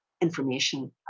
information